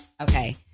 Okay